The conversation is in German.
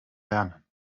lernen